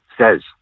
says